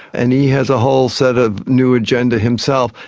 and he has a whole set of new agenda himself.